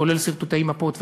כולל סרטוטי מפות וכו'.